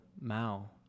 Mao